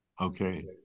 Okay